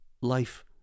life